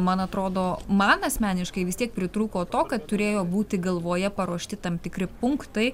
man atrodo man asmeniškai vis tiek pritrūko to kad turėjo būti galvoje paruošti tam tikri punktai